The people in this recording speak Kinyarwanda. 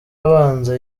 abanza